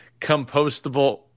compostable